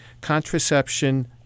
contraception